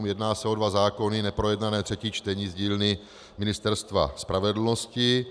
Jedná se o dva zákony, neprojednaná třetí čtení z dílny Ministerstva spravedlnosti.